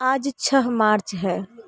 आज छ मार्च है